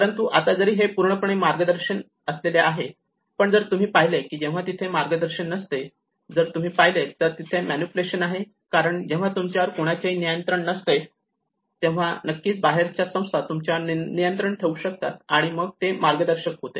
परंतु आता जरी हे पूर्णपणे मार्गदर्शन असलेले आहे पण जर तुम्ही पाहिले की जेव्हा तिथे मार्गदर्शन नसते जर तुम्ही पाहिले तर तिथे मॅनिप्युलेशन आहे कारण जेव्हा तुमच्यावर कुणाचेही नियंत्रण नसते तेव्हा नक्कीच बाहेरच्या संस्था तुमच्यावर नियंत्रण ठेवू शकतात आणि मग ते मार्गदर्शक होते